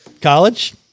college